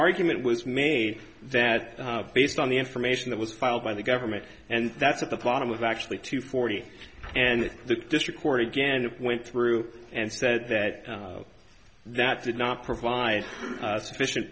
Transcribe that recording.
argument was made that based on the information that was filed by the government and that's at the bottom was actually two forty and the district court again it went through and said that that did not provide sufficient